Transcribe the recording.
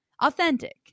Authentic